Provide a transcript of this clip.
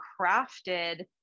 crafted